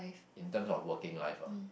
in terms of working life ah